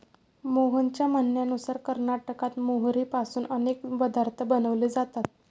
मोहनच्या म्हणण्यानुसार कर्नाटकात मोहरीपासून अनेक पदार्थ बनवले जातात